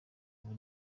ubu